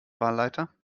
wahlleiter